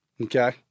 Okay